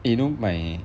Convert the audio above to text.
eh you know my